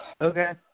Okay